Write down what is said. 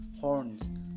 horns